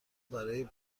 برای